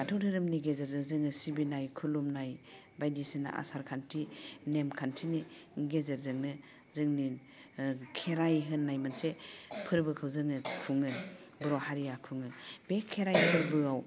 बाथौ दोहोरोमनि गेजेरजों जोङो सिबिनाय खुलुमनाय बायदिसिना आसार खान्थि नेमखान्थिनि गेजेरजोंनो जोंनि खेराइ होननाय मोनसे फोरबोखौ जोङो खुङो बर' हारिया खुङो बे खेराइ फोरबोआव